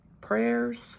prayers